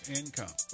income